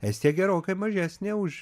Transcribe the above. estija gerokai mažesnė už